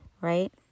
right